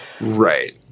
right